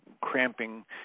cramping